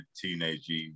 teenage-y